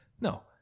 No